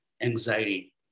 anxiety